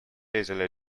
easily